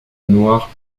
noire